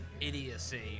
idiocy